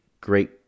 great